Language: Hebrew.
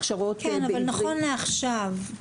נכון לעכשיו,